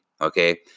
okay